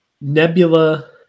Nebula